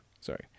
sorry